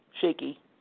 Shaky